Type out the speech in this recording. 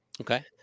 Okay